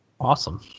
Awesome